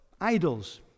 Idols